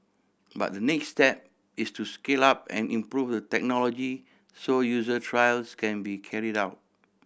but the next step is to scale up and improve the technology so user trials can be carried out